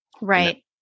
Right